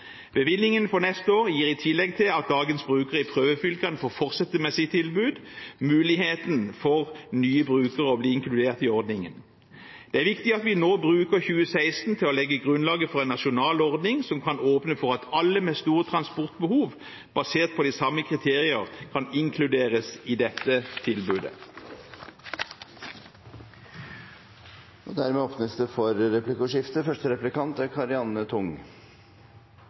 Bevilgningen for neste år gir i tillegg til at dagens brukere i prøvefylkene får fortsette med sitt tilbud, muligheten for nye brukere å bli inkludert i ordningen. Det er viktig at vi nå bruker 2016 til å legge grunnlaget for en nasjonal ordning som kan åpne for at alle med store transportbehov basert på de samme kriterier kan inkluderes i dette tilbudet. Det blir replikkordskifte. I helgen konkluderte verdens ledere med en ambisiøs plan for